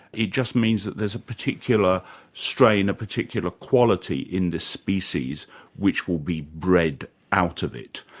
it just means that there's a particular strain, a particular quality in this species which will be bred out of it.